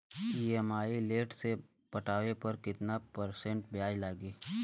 EMI late से पटावे पर कितना परसेंट ब्याज लगी?